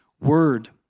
Word